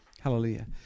Hallelujah